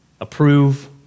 Approve